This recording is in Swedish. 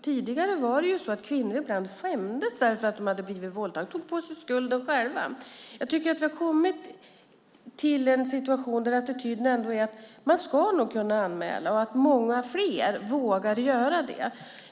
Tidigare var det så att kvinnor ibland skämdes för att de hade blivit våldtagna, tog på sig skulden själva. Jag tycker att vi har kommit till en situation där attityden ändå är att man ska kunna anmäla och att många fler vågar göra det.